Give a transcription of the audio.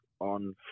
on